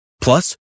Plus